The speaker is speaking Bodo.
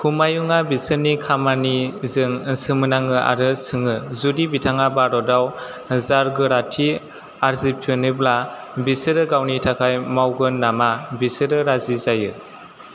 हुमायुंआ बिसोरनि खामानिजों सोमोनाङो आरो सोङो जुदि बिथाङा भारताव जारगोराथि आरजिफिनोब्ला बिसोरो गावनि थाखाय मावगोन नामा बिसोरो राजि जायो